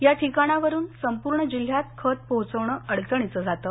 या ठिकाणवरून संपूर्ण जिल्ह्यात खत पोहचवणे अडचणीचं जातं